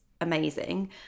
amazing